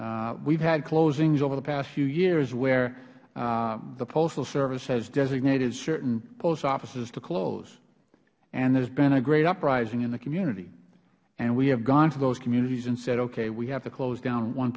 have had closings over the past few years where the postal service has designated certain post offices to close and there has been a great uprising in the community and we have gone to those communities and said okay we have to close down one